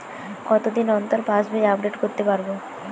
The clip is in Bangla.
কতদিন অন্তর পাশবই আপডেট করতে পারব?